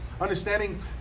understanding